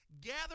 Gather